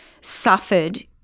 suffered